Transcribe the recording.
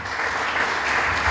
Hvala